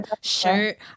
shirt